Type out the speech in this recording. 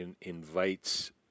invites